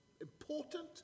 important